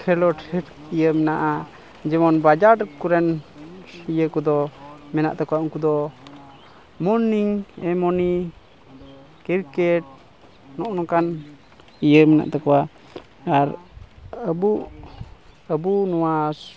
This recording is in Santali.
ᱠᱷᱮᱞᱳᱰ ᱤᱭᱟᱹ ᱢᱮᱱᱟᱜᱼᱟ ᱡᱮᱢᱚᱱ ᱵᱟᱡᱟᱨ ᱠᱚᱨᱮᱱ ᱤᱭᱟᱹ ᱠᱚᱫᱚ ᱢᱮᱱᱟᱜ ᱛᱟᱠᱚᱣᱟ ᱩᱱᱠᱩ ᱫᱚ ᱢᱚᱨᱱᱤᱝ ᱮᱢᱱᱤ ᱠᱨᱤᱠᱮᱴ ᱱᱚᱜᱼᱚ ᱱᱚᱝᱠᱟᱱ ᱤᱭᱟᱹ ᱢᱮᱱᱟᱜ ᱛᱟᱠᱚᱣᱟ ᱟᱨ ᱟᱵᱚ ᱟᱵᱚ ᱱᱚᱣᱟ